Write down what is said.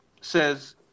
says